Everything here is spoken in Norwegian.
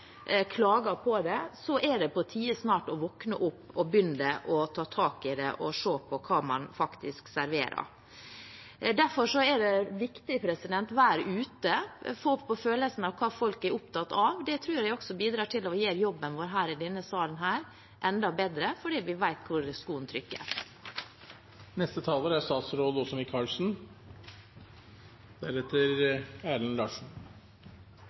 klager på den, er det snart på tide å våkne opp, begynne å ta tak i det og se på hva man faktisk serverer. Derfor er det viktig å være ute og få følelsen av hva folk er opptatt av. Det tror jeg også bidrar til å gjøre jobben vår i denne salen enda bedre – fordi vi vet hvor skoen trykker. Det er